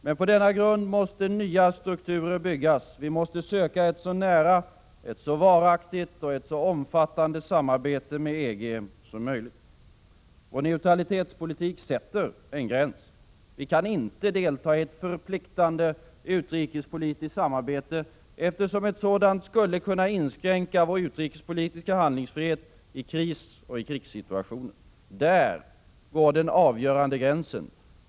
Men på denna grund måste nya strukturer byggas. Vi måste söka ett så nära, varaktigt och omfattande samarbete med EG som möjligt. Vår neutralitetspolitik sätter en gräns. Vi kan inte delta i ett förpliktande utrikespolitiskt samarbete, eftersom ett sådant skulle kunna inskränka vår utrikespolitiska handlingsfrihet i kriseller krigssituationer. Där går den avgörande gränsen.